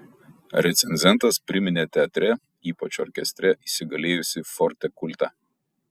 recenzentas priminė teatre ypač orkestre įsigalėjusį forte kultą